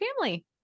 family